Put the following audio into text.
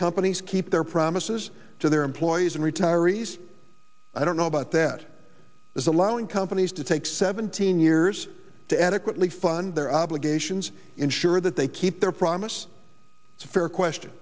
companies keep their promises to their employees and retirees i don't know about that is allowing companies to take seventeen years to adequately fund their obligations ensure that they keep their promise it's a fair question